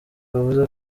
bavuze